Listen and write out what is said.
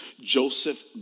Joseph